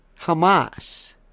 Hamas